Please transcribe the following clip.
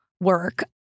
work